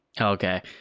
Okay